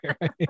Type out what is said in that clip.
right